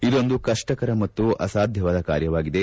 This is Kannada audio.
ಇದೊಂದು ಕಷ್ಟಕರ ಮತ್ತು ಅಸಾಧ್ಯವಾದ ಕಾರ್ಯವಾಗಿದೆ